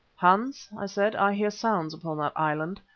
hans, i said, i hear sounds upon that island.